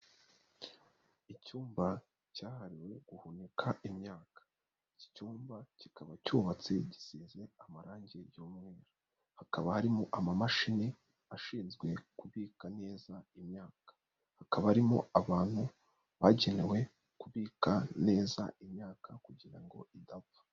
Icyumba cyahariwe guhunika imyaka, iki cyumba kikaba cyubatse gisize amarangi y'uweru, hakaba harimo amamashini ashinzwe kubika neza imyaka, hakaba arimo abantu bagenewe kubika neza imyaka kugira ngo idapfa.